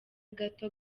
gato